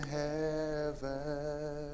heaven